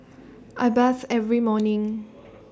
I bathe every morning